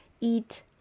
eat